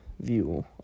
view